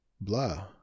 blah